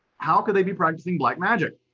how could they be practicing black magic?